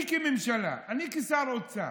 אני כממשלה, אני כשר אוצר,